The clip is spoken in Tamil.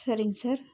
சரிங்க சார்